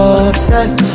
obsessed